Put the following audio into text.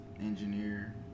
engineer